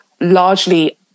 largely